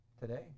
today